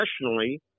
professionally